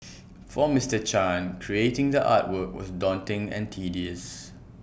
for Mister chan creating the artwork was daunting and tedious